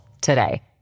today